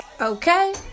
Okay